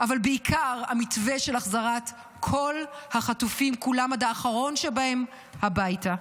אבל בעיקר המתווה של החזרת כל החטופים כולם עד האחרון שבהם הביתה.